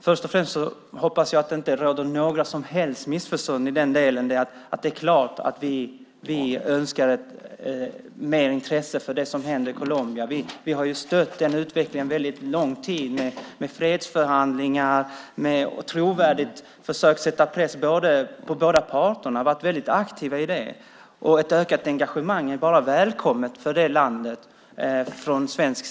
Herr talman! Jag hoppas att det inte råder några som helst missförstånd i den delen, att vi vill ha mer intresse för det som händer i Colombia. Vi har under lång tid stött den utvecklingen med fredsförhandlingar och genom att trovärdigt försöka sätta press på båda parter. Vi har varit väldigt aktiva i det. Ett ökat engagemang från svensk sida är givetvis välkommet för Colombia.